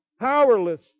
powerless